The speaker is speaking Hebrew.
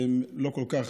שהן לא כל כך,